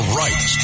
right